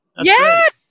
Yes